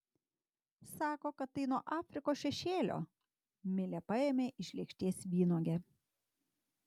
sako kad tai nuo afrikos šešėlio milė paėmė iš lėkštės vynuogę